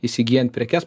įsigyjant prekes